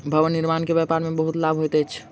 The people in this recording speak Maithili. भवन निर्माण के व्यापार में बहुत लाभ होइत अछि